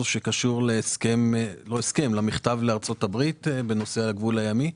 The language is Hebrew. שקשור למכתב לארצות הברית בנושא הגבול הימי?